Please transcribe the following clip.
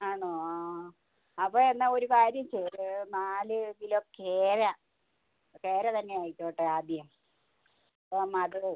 ആണോ ആ അപ്പം എന്നാൽ ഒരു കാര്യം ചെയ്യ് നാല് കിലോ കേര കേര തന്നെ ആയിക്കോട്ടെ ആദ്യം അപ്പം അത്